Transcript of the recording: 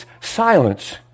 silence